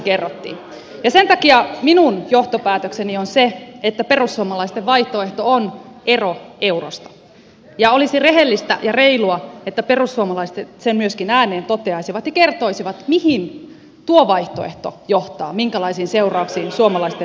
sen takia minun johtopäätökseni on se että perussuomalaisten vaihtoehto on ero eurosta ja olisi rehellistä ja reilua että perussuomalaiset sen myöskin ääneen toteaisivat ja kertoisivat mihin tuo vaihtoehto johtaa minkälaisiin seurauksiin suomalaisten veronmaksajien kannalta